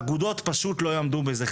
אגודות פשוט לא יעמדו בזה.